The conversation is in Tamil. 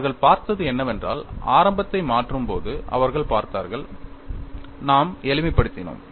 அவர்கள் பார்த்தது என்னவென்றால் ஆரம்பத்தை மாற்றும் போது அவர்கள் பார்த்தார்கள் நாம் எளிமைப்படுத்தினோம்